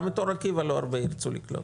גם את אור עקיבא לא הרבה ירצו לקלוט,